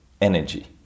energy